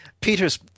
Peter's